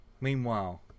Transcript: Meanwhile